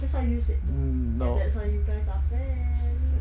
that's what you said too and that's why you guys are friends